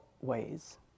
ways